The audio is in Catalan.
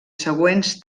següents